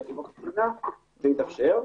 זה יתאפשר.